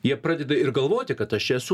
jie pradeda ir galvoti kad aš esu